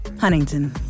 Huntington